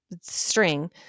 string